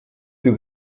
più